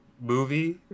movie